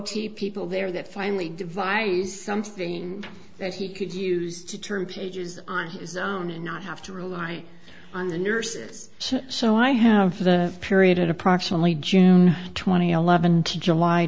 t people there that finally devised something that he could use to turn pages on his own and not have to rely on the nurses so i have the period at approximately june twentieth to july